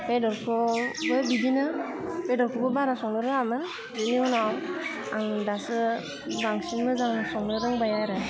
बेदरखौबो बिदिनो बेदरखौबो बारा संनो रोङामोन बिनि उनाव आं दासो बांसिन मोजां संनो रोंबाय आरो